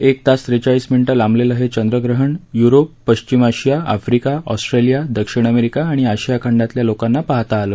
एक तास त्रेचाळीस मिनिटं लांबलेलं हे चंद्रग्रहण यूरोप पश्चिम आशिया आफ्रिका ऑस्ट्रेलिया दक्षिण अमेरिका आणि आशिया खंडातल्या लोकांना पाहता आल